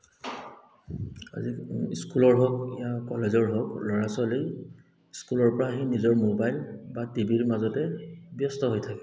আজিকালি স্কুলৰ হওক বা কলেজৰ হওক ল'ৰা ছোৱালী স্কুলৰ পৰা আহি নিজৰ মোবাইল বা টিভি ৰ মাজতে ব্যস্ত হৈ থাকে